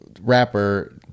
rapper